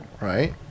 right